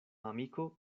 amiko